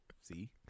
See